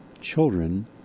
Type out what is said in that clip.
children